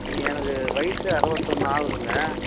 எனக்கு வயசு அறுவதொன்று ஆகுதுங்க